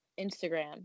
Instagram